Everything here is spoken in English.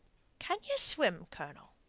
can ye swim, colonel?